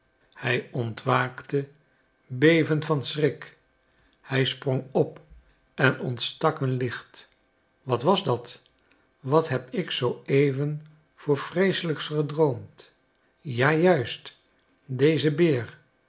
hij ontwaakte bevend van schrik hij sprong op en ontstak een licht wat was dat wat heb ik zooeven voor vreeselijks gedroomd ja juist deze beer